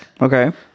Okay